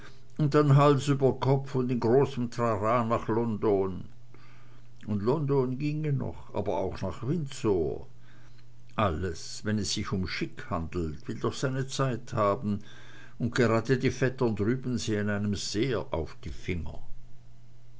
und dann hals über kopf und in großem trara nach london und london ginge noch aber auch nach windsor alles wenn es sich um chic handelt will doch seine zeit haben und gerade die vettern drüben sehen einem sehr auf die finger